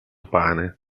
pane